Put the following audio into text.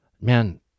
man